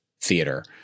theater